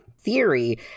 Theory